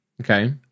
Okay